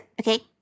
Okay